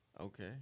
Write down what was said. Okay